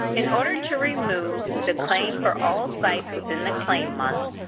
in order to remove the claim for all sites within the claim month,